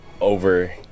over